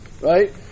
right